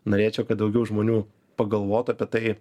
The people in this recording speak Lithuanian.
norėčiau kad daugiau žmonių pagalvotų apie tai